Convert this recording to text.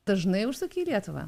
dažnai užsuki į lietuvą